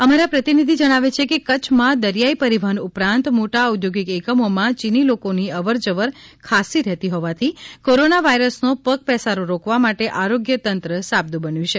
અમારા પ્રતિનિધિ જણાવે છે કે કચ્છમાં દરિયાઈ પરિવહન ઉપરાંત મોટા ઔદ્યોગિક એકમોમાં ચીની લોકોની અવર જવર ખાસ્સી રહેતી હોવાથી કોરોના વાયરસનો પગપેસારો રોકવા માટે આરોગ્ય તંત્ર સાબદું બન્યું છે